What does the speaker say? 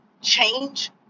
change